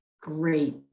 great